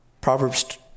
Proverbs